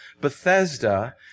Bethesda